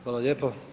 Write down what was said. Hvala lijepa.